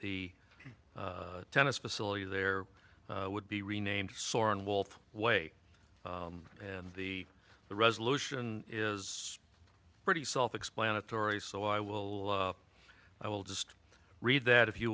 the tennis facility there would be renamed soren wolf way and the the resolution is pretty self explanatory so i will i will just read that if you